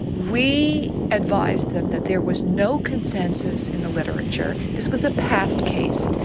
we advised them that there was no consensus in the literature, this was a past case,